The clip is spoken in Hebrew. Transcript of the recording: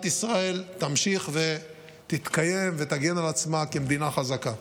ישראל תמשיך ותתקיים ותגן על עצמה כמדינה חזקה.